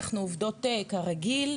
אנחנו עובדות כרגיל,